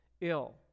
ill